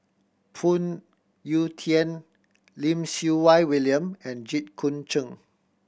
Phoon Yew Tien Lim Siew Wai William and Jit Koon Ch'ng